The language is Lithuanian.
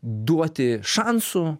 duoti šansų